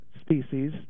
species